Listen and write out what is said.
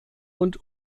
und